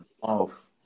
off